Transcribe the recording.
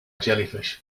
jellyfish